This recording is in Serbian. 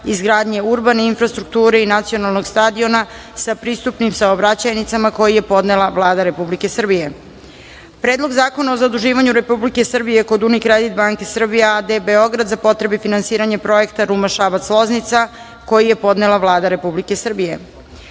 Izgradnje urbane infrastrukture i nacionalnog stadiona sa pristupnim saobraćajnicama, koji je podnela Vlada Republike Srbije;6. Predlog zakona o zaduživanju Republike Srbije kod UniCredit bank Srbija a.d. Beograd za potrebe finansiranja Projekta Ruma – Šabac – Loznica, koji je podnela Vlada Republike Srbije;7.